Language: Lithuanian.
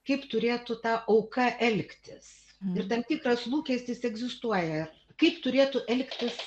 kaip turėtų ta auka elgtis ir tam tikras lūkestis egzistuoja kaip turėtų elgtis